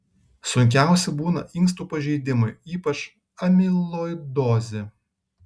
sunkiausi būna inkstų pažeidimai ypač amiloidozė